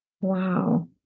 Wow